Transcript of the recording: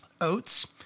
Oats